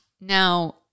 Now